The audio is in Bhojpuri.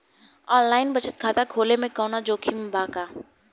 आनलाइन बचत खाता खोले में कवनो जोखिम बा का?